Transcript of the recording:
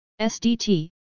SDT